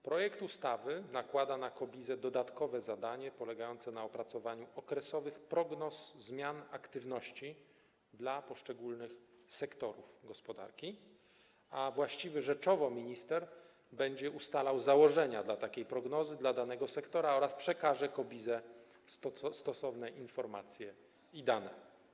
Projekt ustawy nakłada na KOBiZE dodatkowe zadanie polegające na opracowaniu okresowych prognoz zmian aktywności dla poszczególnych sektorów gospodarki, a właściwy rzeczowo minister będzie ustalał założenia dla takiej prognozy dla danego sektora oraz przekaże KOBiZE stosowne informacje i dane.